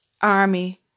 army